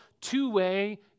two-way